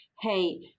hey